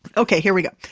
okay, here we go.